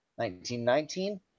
1919